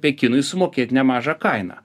pekinui sumokėt nemažą kainą